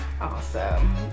Awesome